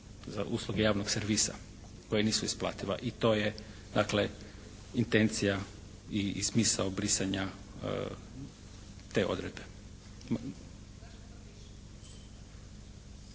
za usluge javnog servisa koja nisu isplativa. I to je dakle intencija i smisao brisanja te odredbe.